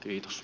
kiitos